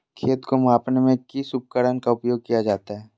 खेत को मापने में किस उपकरण का उपयोग किया जाता है?